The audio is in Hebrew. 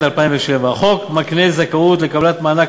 התשע"ו 2016. במסגרת יישום מדיניות הממשלה